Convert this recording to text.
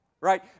Right